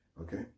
okay